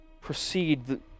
proceed